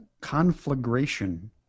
Conflagration